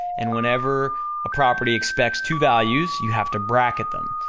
and whenever a property expects two values, you have to bracket them.